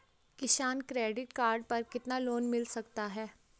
किसान credit card पर कितना लोंन मिल सकता है?